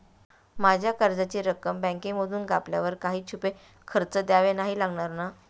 माझ्या कर्जाची रक्कम बँकेमधून कापल्यावर काही छुपे खर्च द्यावे नाही लागणार ना?